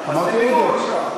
אז תדייקו בבקשה.